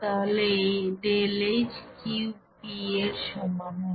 তাহলে ΔH Qp এর সমান হবে